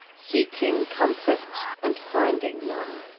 seeking comfort and finding none.